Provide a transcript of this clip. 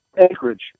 Anchorage